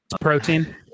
Protein